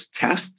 tests